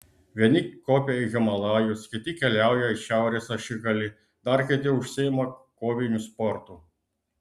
vieni kopia į himalajus kiti keliauja į šiaurės ašigalį dar kiti užsiima koviniu sportu